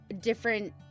different